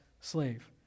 slave